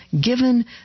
given